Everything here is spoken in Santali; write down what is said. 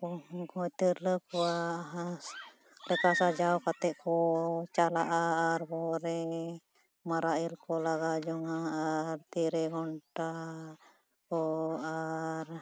ᱠᱚ ᱩᱱᱠᱩ ᱦᱚᱸ ᱛᱤᱨᱞᱟᱹ ᱠᱚᱣᱟᱜ ᱦᱤᱸᱥ ᱞᱮᱠᱟ ᱥᱟᱡᱟᱣ ᱠᱟᱛᱮᱫ ᱠᱚ ᱪᱟᱞᱟᱜᱼᱟ ᱟᱨ ᱵᱚᱦᱚᱜ ᱨᱮ ᱢᱟᱨᱟᱜ ᱤᱞᱠᱚ ᱞᱟᱜᱟᱣ ᱡᱚᱝᱼᱚᱜᱼᱟ ᱟᱨ ᱛᱤᱨᱮ ᱜᱷᱚᱱᱴᱟ ᱠᱚ ᱟᱨ